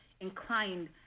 inclined